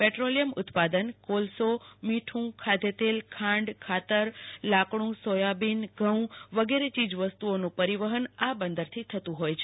petroleum ઉત્પાદનકોલસોમીઠુ ખાધતેલ ખાંડખાતરલાકડુ સોયાબીનઘઉ વગેરે ચીજવસ્તુ ઓનું પરિવહન આ બંદરથી થતુ હોય છે